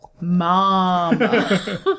Mama